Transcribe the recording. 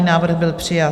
Návrh byl přijat.